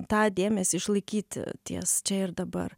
tą dėmesį išlaikyti ties čia ir dabar